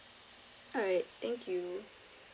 alright thank you